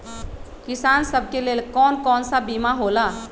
किसान सब के लेल कौन कौन सा बीमा होला?